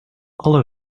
alle